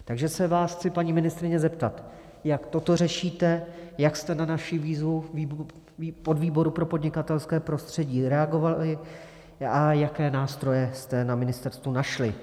Takže se vás chci, paní ministryně, zeptat, jak toto řešíte, jak jste na naši výzvu podvýboru pro podnikatelské prostředí reagovali a jaké nástroje jste na ministerstvu našli.